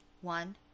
One